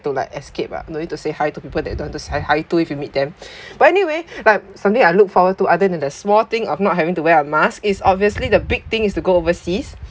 to like escaped uh no need to say hi to people that don't want to say hi to if you meet them but anyway like something I look forward to other than the small thing of not having to wear a mask is obviously the big thing is to go overseas